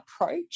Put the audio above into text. approach